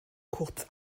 kurz